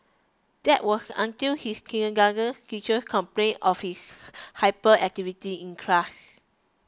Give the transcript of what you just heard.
that was until his kindergarten teacher complained of his hyperactivity in class